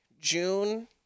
June